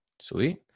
Sweet